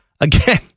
Again